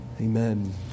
Amen